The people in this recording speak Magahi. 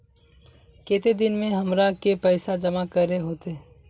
केते दिन में हमरा के पैसा जमा करे होते?